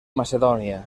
macedònia